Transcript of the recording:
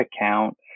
account